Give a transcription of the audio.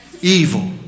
evil